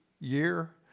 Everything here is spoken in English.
year